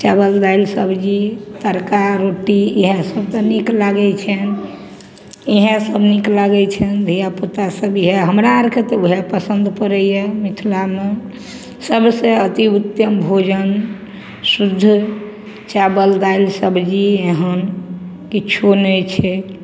चावल दालि सब्जी तड़का रोटी इएह सबके नीक लागै छनि इएह सब नीक लागै छनि धिआपुता सब इएह हमरा आरके तऽ उएह पसन्द पड़ैया मिथलामे सबसऽ अतिउतम भोजन शुद्ध चावल दालि सब्जी एहन किछो नहि छै